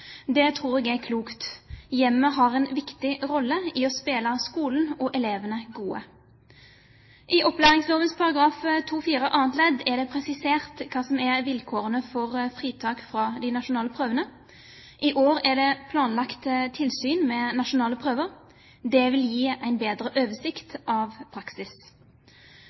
Det tror jeg er klokt. Hjemmet har en viktig rolle i å spille skolen og elevene gode. I forskrift til opplæringsloven § 2-4 annet ledd er det presisert hva som er vilkårene for fritak fra de nasjonale prøvene. I år er det planlagt tilsyn med nasjonale prøver. Det vil gi en bedre oversikt over praksis.